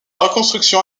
reconstruction